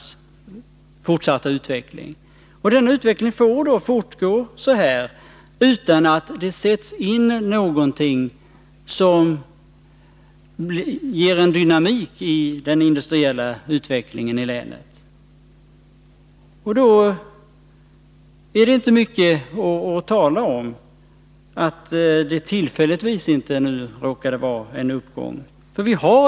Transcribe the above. Utvecklingen får fortgå utan att det sätts in någonting som ger dynamik i länets industri. Då är det inte mycket att tala om att det tillfälligtvis inte nu råkat vara en uppgång i arbetslösheten.